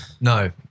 no